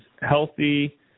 healthy